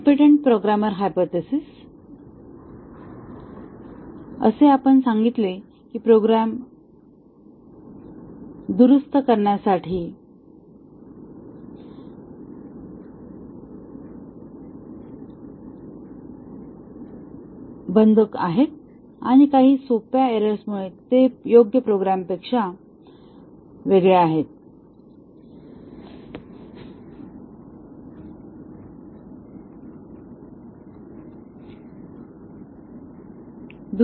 competent programmer hypothesis जसे आपण सांगितले की प्रोग्रॅम दुरुस्त करण्यासाठी बंद आहेत आणि काही सोप्या एर्रोरमुळे ते योग्य प्रोग्रामपेक्षा वेगळे आहेत